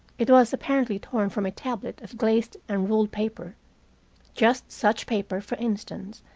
it was apparently torn from a tablet of glazed and ruled paper just such paper, for instance,